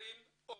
או